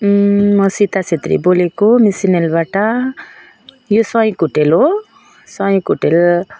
म सीता छेत्री बोलेको मिसनहिलबाट यो सहयोक होटेल हो सहयोक होटेल